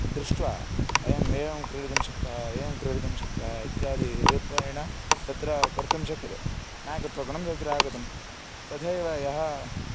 दृष्ट्वा अयम् एवं क्रीडितुं शक्तः एवं क्रीडितुं शक्तः इत्यादि रूपेण तत्र कर्तुं शक्यते नायकत्वगुणं तत्र आगतं तथैव यः